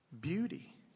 beauty